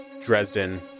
Dresden